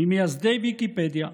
ממייסדי ויקיפדיה,